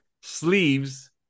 sleeves